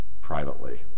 privately